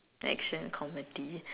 action comedy